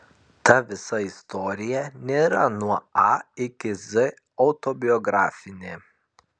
ta visa istorija nėra nuo a iki z autobiografinė